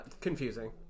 confusing